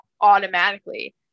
automatically